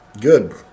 good